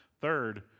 Third